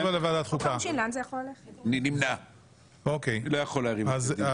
אין נמנעים, 1 אושר.